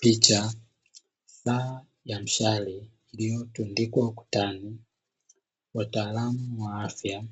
Picha, saa ya mshale iliyotundikwa ukutani. Wataalamu wa afya